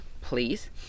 please